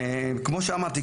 כמו שאמרתי,